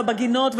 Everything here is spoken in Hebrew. לא בגינות,